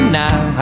now